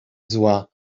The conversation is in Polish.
zła